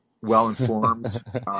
well-informed